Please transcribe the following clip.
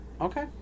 Okay